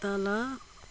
तल